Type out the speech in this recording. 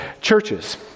Churches